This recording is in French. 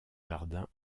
jardin